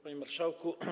Panie Marszałku!